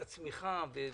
התש"ף-2020.